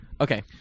Okay